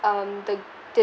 um the